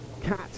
cat